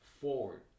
forward